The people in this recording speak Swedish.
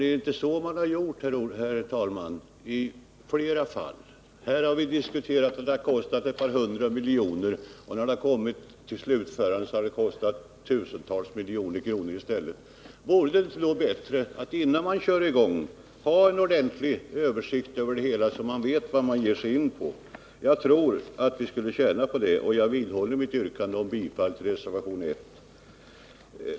Det är också på det sättet man har gjort i flera andra fall, herr talman. Vi har då i vår diskussion här utgått från kostnader på ett par hundra miljoner, som sedan i slutskedet har blivit tusentals miljoner kronor. Vore det inte bättre att innan man kör i gång med en verksamhet utarbeta en ordentlig översikt över den i dess helhet, så att man vet vad man ger sig in på? Jag tror att vi skulle tjäna på det och vidhåller mitt yrkande om bifall till reservationen 1.